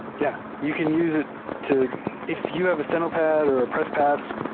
yeah. you can use it to if you have a steno pad or a press pass,